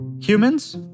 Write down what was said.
Humans